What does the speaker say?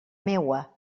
meua